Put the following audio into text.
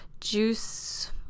juice